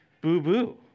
boo-boo